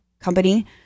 company